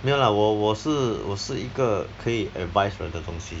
没有 lah 我我是我是一个可以 advise 人这东西